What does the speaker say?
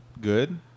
good